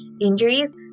injuries